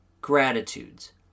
gratitudes